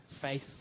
faith